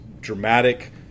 dramatic